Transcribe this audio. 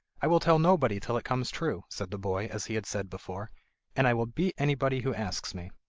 i will tell nobody till it comes true said the boy, as he had said before and i will beat anybody who asks me